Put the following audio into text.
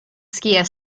skier